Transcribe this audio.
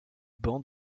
banc